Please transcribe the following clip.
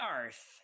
Earth